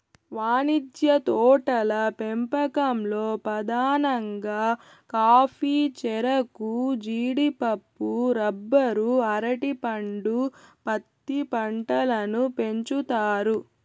వాణిజ్య తోటల పెంపకంలో పధానంగా కాఫీ, చెరకు, జీడిపప్పు, రబ్బరు, అరటి పండు, పత్తి పంటలను పెంచుతారు